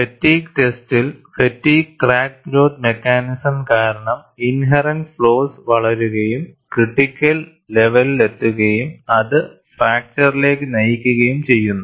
fatigue ടെസ്റ്റിൽഫാറ്റിഗ് crack growth mechanism കാരണം inherent flaws വളരുകയും ക്രിട്ടിക്കൽ ലെവലിലെത്തുകയും അത് ഫ്രാക്ചർലേക്ക് നയിക്കുകയും ചെയ്യുന്നു